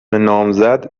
نامزد